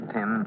Tim